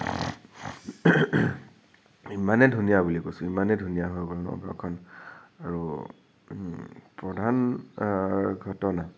ইমানে ধুনীয়া বুলি কৈছোঁ ইমানে ধুনীয়া হৈ গ'ল নগাওঁখন আৰু প্ৰধান ঘটনা